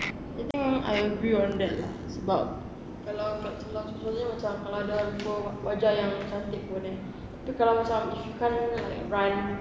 I think I agree on that lah sebab kalau kalau sekiranya macam ada wajah yang cantik pun eh tapi kalau macam if you can't like run